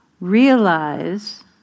realize